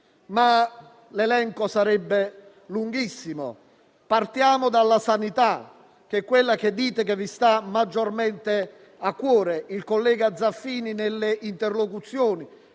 l'elenco sarebbe lunghissimo. Partiamo dalla sanità, che è quella che dite che vi sta maggiormente a cuore. Il senatore Zaffini, nelle interlocuzioni